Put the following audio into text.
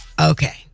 Okay